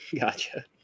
Gotcha